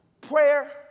prayer